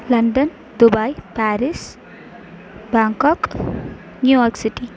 London Dubai Paris Bangkok New York city